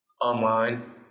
online